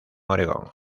oregón